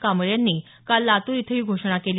कांबळे यांनी काल लातूर इथं ही घोषणा केली